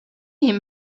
him